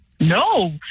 no